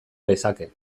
lezake